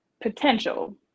potential